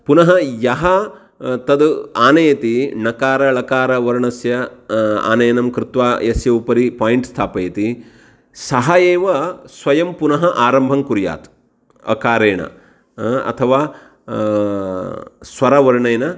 पुनः यः तद् आनयति णकारळकारवर्णयोः आनयनं कृत्वा यस्य उपरि पोयिण्ट् स्थापयति सः एव स्वयं पुनः आरम्भं कुर्यात् अकारेण अथवा स्वरवर्णेन